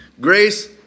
grace